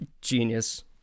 Genius